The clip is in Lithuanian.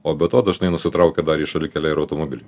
o be to dažnai nusitraukia dar į šalikelę ir automobilį